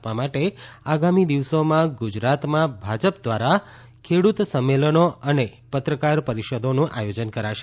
આપવા માટે આગામી દિવસોમાં ગુજરાતમાં ભાજપ દ્વારા ખેડૂત સંમેલનો અને પત્રકાર પરિષદોનું આયોજન કરાશે